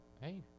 Hey